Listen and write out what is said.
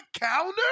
counter